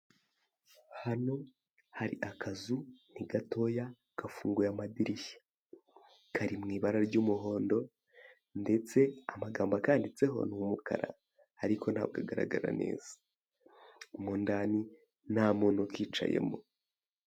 Hano hari akazu, ni gatoya, gafunguye amadirishya, kari mu ibara ry'umuhondo ndetse amagambo akanditseho ni umukara ariko ntabwo agaragara neza. Mo indani, nta muntu ukicayemo.